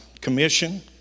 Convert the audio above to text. commission